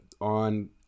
On